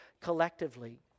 collectively